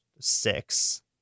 Six